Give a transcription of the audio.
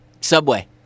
Subway